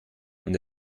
und